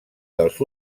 dels